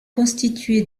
constitué